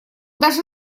даже